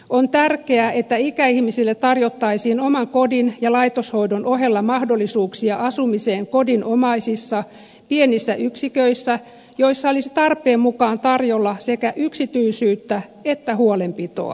on tärkeää että ikäihmisille tarjottaisiin oman kodin ja laitoshoidon ohella mahdollisuuksia asumiseen kodinomaisissa pienissä yksiköissä joissa olisi tarpeen mukaan tarjolla sekä yksityisyyttä että huolenpitoa